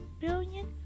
billion